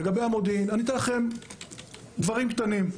לגבי המודיעין, אציג לכם דברים קטנים.